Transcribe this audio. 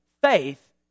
faith